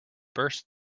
burst